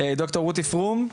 ד"ר רותי פרום.